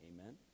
Amen